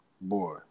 Boy